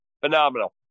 phenomenal